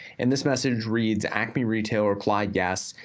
and this message reads acme retailer reply yes,